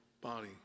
body